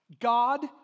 God